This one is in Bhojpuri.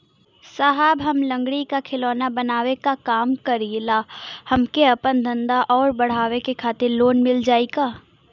साहब हम लंगड़ी क खिलौना बनावे क काम करी ला हमके आपन धंधा अउर बढ़ावे के खातिर लोन मिल जाई का?